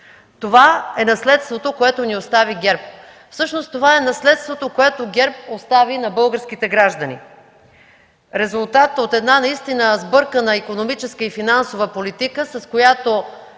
Това е наследството, което ни остави ГЕРБ. Всъщност това е наследството, което ГЕРБ остави на българските граждани – резултат от една сбъркана икономическа и финансова политика, с която